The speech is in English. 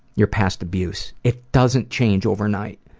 your past abuse. it doesn't change overnight.